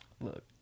look